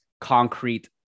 concrete